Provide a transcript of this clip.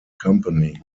company